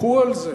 תמחו על זה,